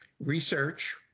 Research